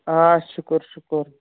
آ شُکُرشُکُر